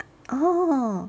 orh